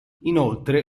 inoltre